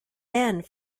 and